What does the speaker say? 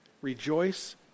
Rejoice